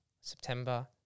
September